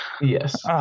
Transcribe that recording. Yes